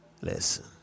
Listen